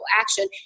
action